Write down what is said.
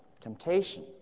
temptation